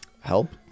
Help